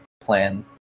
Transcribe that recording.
plan